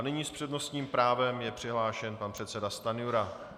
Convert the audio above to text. Nyní s přednostním právem je přihlášen pan předseda Stanjura.